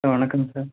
hello வணக்கம் sir